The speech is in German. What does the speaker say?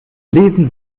lesen